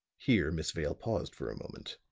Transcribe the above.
here miss vale paused for a moment.